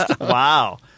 Wow